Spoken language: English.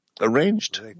arranged